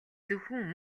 зөвхөн